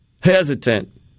hesitant